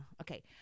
Okay